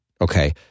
okay